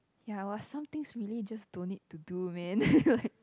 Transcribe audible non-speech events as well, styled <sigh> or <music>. ya but some things really just don't need to do man <laughs> like